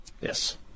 Yes